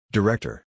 Director